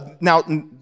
Now